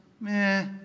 Meh